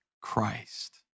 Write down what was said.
Christ